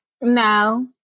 No